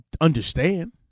understand